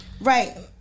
Right